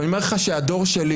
אני אומר לך שהדור שלי,